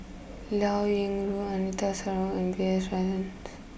Liao Yingru Anita Sarawak and B S Rajhans